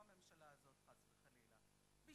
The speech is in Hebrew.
לא הממשלה הזאת, חס וחלילה.